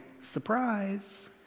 surprise